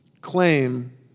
claim